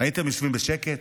הייתם יושבים בשקט?